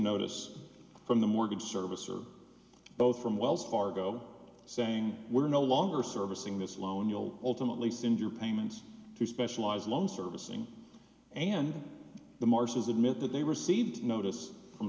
notice from the mortgage servicer both from wells fargo saying we're no longer servicing this loan you'll ultimately send your payments to specialized loan servicing and the marshes admit that they received notice from